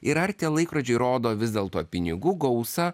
ir ar tie laikrodžiai rodo vis dėlto pinigų gausą